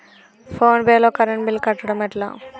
Phone pay లో current bill కట్టడం ఎట్లా?